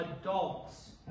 adults